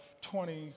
twenty